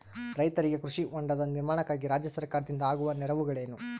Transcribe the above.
ರೈತರಿಗೆ ಕೃಷಿ ಹೊಂಡದ ನಿರ್ಮಾಣಕ್ಕಾಗಿ ರಾಜ್ಯ ಸರ್ಕಾರದಿಂದ ಆಗುವ ನೆರವುಗಳೇನು?